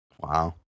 Wow